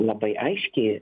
labai aiškiai